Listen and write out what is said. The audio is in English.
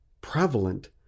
prevalent